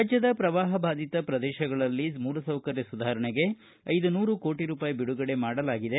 ರಾಜ್ಟದ ಪ್ರವಾಹ ಬಾಧಿತ ಪ್ರದೇಶಗಳಲ್ಲಿ ಮೂಲಸೌಕರ್ಯ ಸುಧಾರಣೆಗೆ ಐದು ನೂರು ಕೋಟ ರೂಪಾಯಿ ಬಿಡುಗಡೆ ಮಾಡಲಾಗಿದೆ